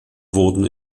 wurden